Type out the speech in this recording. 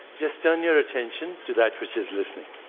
just turn your attention to that which is listening.